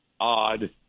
odd